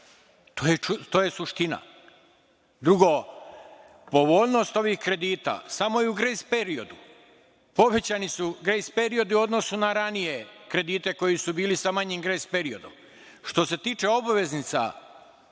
To je suština. Drugo, povoljnost ovih kredita, samo je u grejs periodu. Povećani su grejs periodu odnosu na ranije kredite koji su bili sa manjim grejs periodom. Što se tiče obveznica,